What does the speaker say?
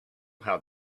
how